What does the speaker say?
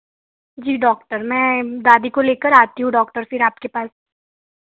जी doctor मैं दादी को लेकर डॉक्टर आती हूँ डॉक्टर फिर आपके पास